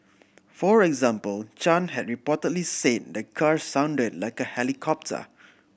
for example Chan had reportedly say the car sounded like a helicopter